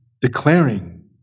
declaring